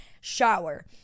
Shower